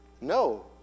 no